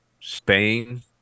Spain